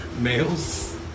males